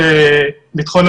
בשטח.